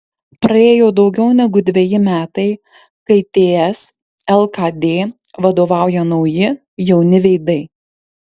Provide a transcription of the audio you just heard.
praėjo daugiau negu dveji metai kai ts lkd vadovauja nauji jauni veidai